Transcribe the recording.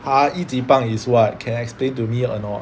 !huh! 一级棒 is what can explain to me or not